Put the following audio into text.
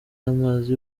y’amazi